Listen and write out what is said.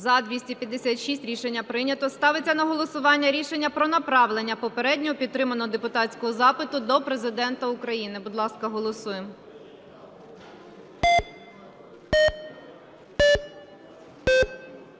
За-256 Рішення прийнято. Ставиться на голосування рішення про направлення попередньо підтриманого депутатського запиту до Президента України. Будь ласка, голосуємо.